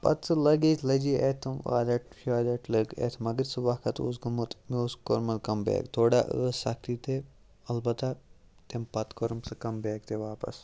پَتہٕ سُہ لگیج لَجے اَتھہِ تِم والیٚٹ شالیٚٹ لٔگۍ اَتھہِ مگر سُہ وقت اوس گوٚمُت مےٚ اوس کوٚرمُت کَم بیک تھوڑا ٲس سَختی تہِ البتہ تَمہِ پَتہٕ کوٚرُم سُہ کَم بیک تہِ واپَس